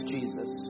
Jesus